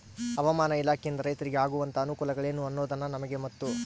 ಹವಾಮಾನ ಇಲಾಖೆಯಿಂದ ರೈತರಿಗೆ ಆಗುವಂತಹ ಅನುಕೂಲಗಳೇನು ಅನ್ನೋದನ್ನ ನಮಗೆ ಮತ್ತು?